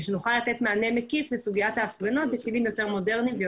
שנוכל לתת מענה מקיף לסוגיית ההפגנות בכלים יותר מודרניים,